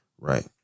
Right